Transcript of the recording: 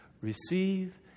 receive